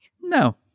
No